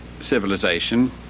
civilization